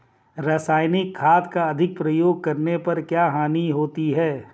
रासायनिक खाद का अधिक प्रयोग करने पर क्या हानि होती है?